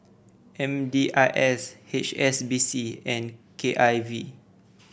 M D I S H S B C and K I V